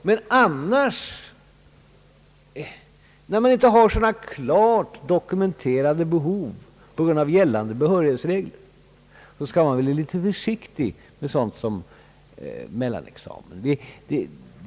Men annars, när man inte har klart dokumenterade behov på grund av gällande behörighetsregler, bör man vara litet försiktig med sådant som en mellanexamen.